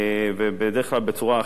ובדרך כלל בצורה הכי מקצועית,